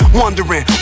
wondering